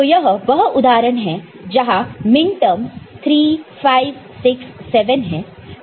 तो यह वह उदाहरण है जहां मिनटर्म्स 3 5 6 7 है